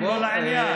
לא לעניין.